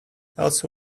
else